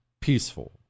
peaceful